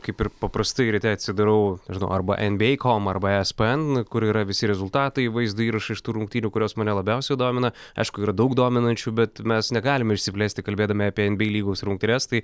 kaip ir paprastai ryte atsidarau nežinau arba nba kom arba espn kur yra visi rezultatai vaizdo įrašai iš tų rungtynių kurios mane labiausiai domina aišku yra daug dominančių bet mes negalime išsiplėsti kalbėdami apie nba lygos rungtynes tai